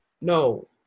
no